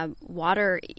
Water